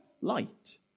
light